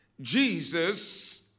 Jesus